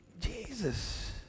Jesus